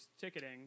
ticketing